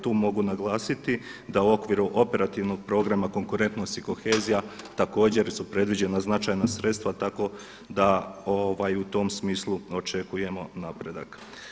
Tu mogu naglasiti da u okviru operativnog programa konkurentnost i kohezija također su predviđena značajna sredstva tako da u tom smislu očekujemo napredak.